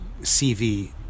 CV